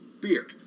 beer